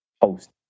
post